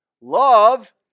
Love